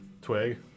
twig